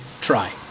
try